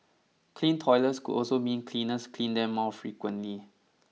clean toilets could also mean cleaners clean them more frequently